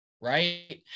right